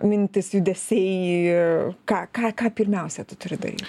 mintys judesiai ką ką ką pirmiausia tu turi daryt